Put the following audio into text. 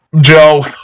Joe